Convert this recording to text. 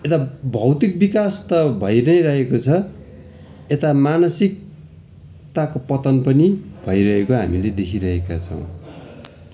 यता भौतिक विकास त भइ नै रहेको छ यता मानसिकताको पतन पनि भइरहेको हामीले देखिरहेका छौँ